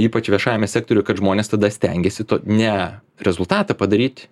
ypač viešajame sektoriuje kad žmonės tada stengiasi to ne rezultatą padaryt